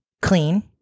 clean